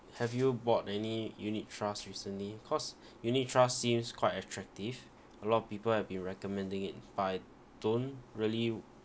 have you bought any unit trust recently cause unit trust seems quite attractive a lot of people have been recommending it but I don't really